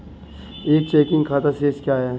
एक चेकिंग खाता शेष क्या है?